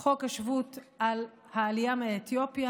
חוק השבות על העלייה מאתיופיה.